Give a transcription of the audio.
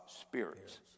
spirits